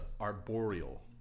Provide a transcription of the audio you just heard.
arboreal